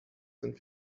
and